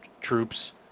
troops